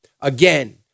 Again